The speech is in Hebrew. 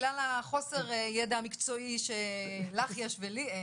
בגלל חוסר הידע המקצועי שלך יש ולי אין,